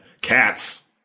Cats